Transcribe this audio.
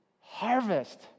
harvest